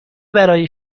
برای